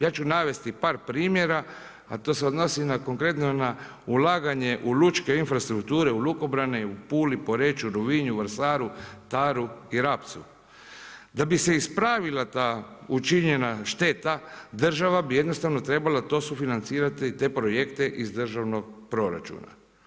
Ja ću navesti par primjera, a to se odnosi na konkretno na ulaganje u lučke infrastrukture u lukobrane u Puli, Poreču, Rovinju, Vrsaru, Taru i Rabcu, da bi se ispravila ta učinjena šteta država bi jednostavno to trebala sufinancirati te projekte iz državnog proračuna.